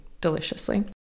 deliciously